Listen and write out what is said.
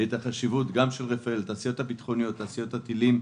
את החשיבות גם של רפא"ל וגם של התעשיות הביטחוניות ותעשיות הטילים.